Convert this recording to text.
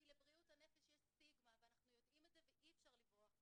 כי לבריאות הנפש יש סטיגמה ואנחנו יודעים את זה ואי אפשר לברוח מזה,